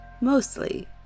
mostly